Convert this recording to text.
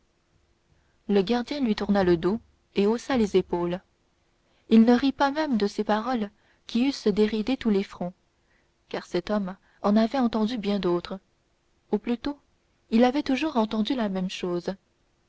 le gardien lui tourna le dos et haussa les épaules il ne rit pas même de ces paroles qui eussent déridé tous les fronts car cet homme en avait entendu bien d'autres ou plutôt il avait toujours entendu la même chose